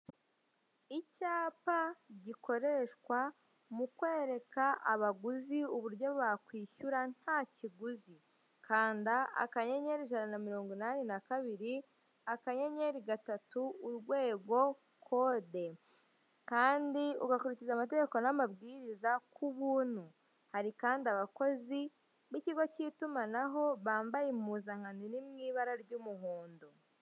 Icyapa gikoreshwa mu kwereka abaguzi uburyo bakwishyura nta kiguzi. Kanda akanyenyeri, ijana na mirongo inani na kabiri, akanyenyeri gatatu, urwego, kode, kandi ugakurikiza amategeko n'amabwiriza ku buntu. Hari kandi abakozi b'ikigo cy'itumanaho bambaye impuzankano iri mu ibara ry'umuhondo.